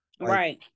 right